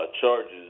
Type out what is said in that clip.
charges